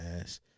ass